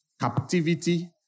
Captivity